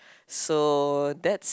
so that's